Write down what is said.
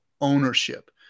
ownership